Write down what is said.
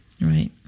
Right